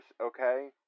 okay